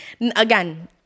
Again